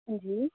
हां जी